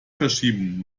verschieben